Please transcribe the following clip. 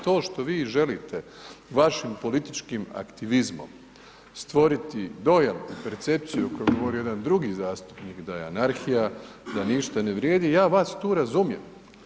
To što vi želite vašim političkim aktivizmom stvoriti dojam, percepciju o kojoj je govorio jedan drugi zastupnik da je anarhija, da ništa ne vrijedi ja vas tu razumijem.